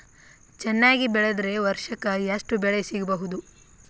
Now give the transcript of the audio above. ಚೆನ್ನಾಗಿ ಬೆಳೆದ್ರೆ ವರ್ಷಕ ಎಷ್ಟು ಬೆಳೆ ಸಿಗಬಹುದು?